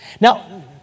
Now